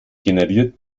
generiert